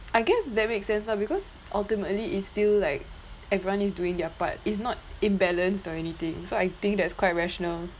I guess that makes sense lah because ultimately it's still like everyone is doing their part it's not imbalanced or anything so I think that's quite rational